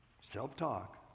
self-talk